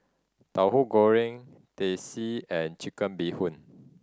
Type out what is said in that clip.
Tauhu Goreng Teh C and Chicken Bee Hoon